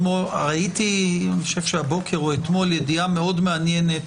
אני חושב שראיתי הבוקר או אתמול ידיעה מאוד מעניינת